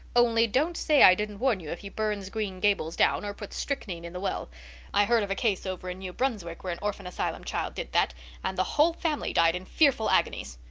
only don't say i didn't warn you if he burns green gables down or puts strychnine in the well i heard of a case over in new brunswick where an orphan asylum child did that and the whole family died in fearful agonies.